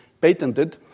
patented